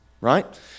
right